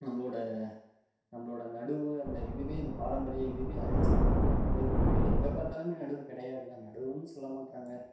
நம்மளோட நம்மளோட நடவு அந்த இதுவே அந்த பாரம்பரிய இதுவே அழிஞ்சுக்கிட்டு வருது நடவு நடவு எங்கே பார்த்தாலுமே நடவு கிடையாதுதான் நடவுன்னு சொல்லமாட்டேறாங்க